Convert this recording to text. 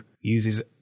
uses